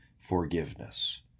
forgiveness